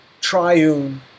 triune